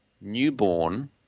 newborn